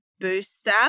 booster